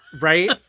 Right